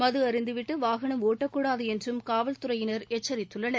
மது அருந்திவிட்டு வாகனம் ஒட்டக்கூடாது என்றும் காவல்துறையினர் எச்சரித்துள்ளனர்